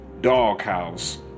doghouse